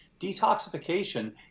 detoxification